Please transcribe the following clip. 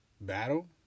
battle